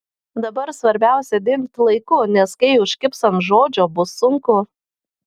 dabar svarbiausia dingt laiku nes kai užkibs ant žodžio bus sunku